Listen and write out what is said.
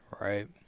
Right